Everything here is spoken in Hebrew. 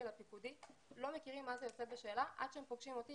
הפיקודי לא מכירים מה זה יוצא בשאלה עד שהם פוגשים אותי,